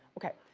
okay.